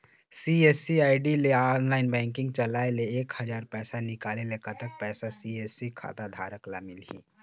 CSC ID ले online banking चलाए ले एक हजार पैसा निकाले ले कतक पैसा सी.एस.सी खाता धारक ला मिलही?